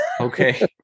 okay